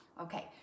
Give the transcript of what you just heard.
Okay